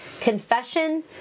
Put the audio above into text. confession